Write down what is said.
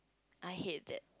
I hate that